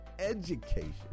education